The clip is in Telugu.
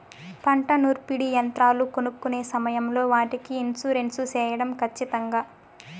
పంట నూర్పిడి యంత్రాలు కొనుక్కొనే సమయం లో వాటికి ఇన్సూరెన్సు సేయడం ఖచ్చితంగా?